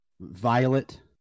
Violet